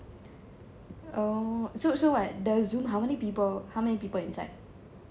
oh so so what the Zoom how many people how many people inside